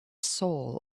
soul